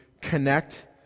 connect